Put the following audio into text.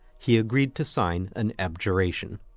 he agreed to sign an abjuration.